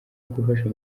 gufasha